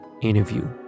interview